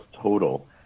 total